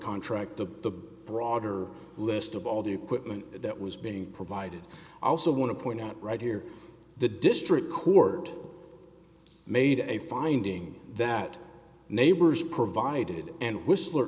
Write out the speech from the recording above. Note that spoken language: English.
contract the broader list of all the equipment that was being provided i also want to point out right here the district court made a finding that neighbors provided and whistler